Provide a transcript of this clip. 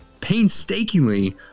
painstakingly